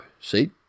See